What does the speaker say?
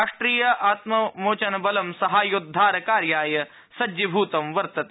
राष्ट्रिय आपत्मोचन बलं साहायोद्वार कार्याय सज्जीभूतम् वर्तते